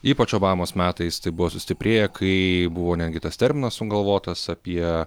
ypač obamos metais tai buvo sustiprėję kai buvo netgi tas terminas sugalvotas apie